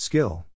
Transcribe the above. Skill